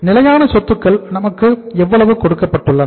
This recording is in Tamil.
நிலையான சொத்துக்கள் நமக்கு எவ்வளவு கொடுக்கப்பட்டுள்ளன